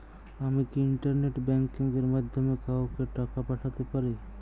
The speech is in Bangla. আমি কি ইন্টারনেট ব্যাংকিং এর মাধ্যমে কাওকে টাকা পাঠাতে পারি?